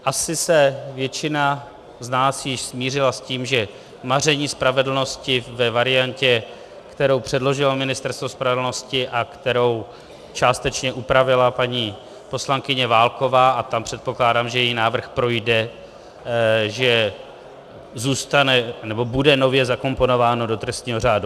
Asi se většina z nás již smířila s tím, že maření spravedlnosti ve variantě, kterou předložilo Ministerstvo spravedlnosti a kterou částečně upravila paní poslankyně Válková a tam předpokládám, že její návrh projde zůstane, nebo bude nově zakomponováno do trestního řádu.